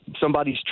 somebody's